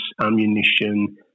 ammunition